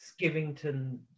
Skivington